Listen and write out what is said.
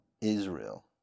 Israel